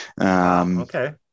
Okay